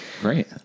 Great